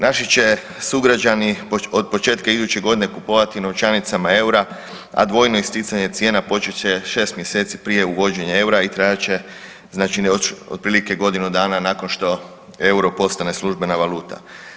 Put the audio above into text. Naši će sugrađani od početka iduće godine kupovati novčanicama EUR-a, a dvojno isticanje cijena počet će 6 mjeseci prije uvođenja EUR-a i trajat će znači otprilike godinu dana nakon što EUR-o postane službena valuta.